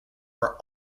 are